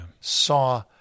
saw